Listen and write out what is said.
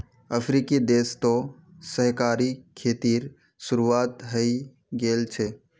अफ्रीकी देश तो सहकारी खेतीर शुरुआत हइ गेल छ